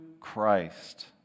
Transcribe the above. Christ